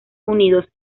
unidos